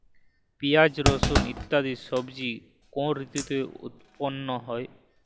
পিঁয়াজ রসুন ইত্যাদি সবজি কোন ঋতুতে উৎপন্ন হয়?